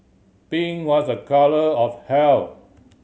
pink was a colour of health